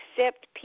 accept